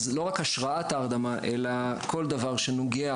אז לא רק השראת ההרדמה אלא כל דבר שנוגע